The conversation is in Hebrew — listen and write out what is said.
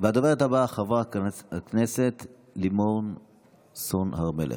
הדוברת הבאה, חברת הכנסת לימור סון הר מלך.